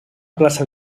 plaça